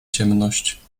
ciemność